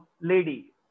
lady